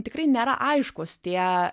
tikrai nėra aiškūs tie